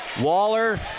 Waller